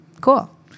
Cool